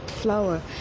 flower